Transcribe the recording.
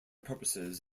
purposes